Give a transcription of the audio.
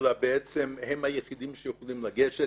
אלא בעצם הם היחידים שיכולים לגשת.